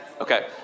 Okay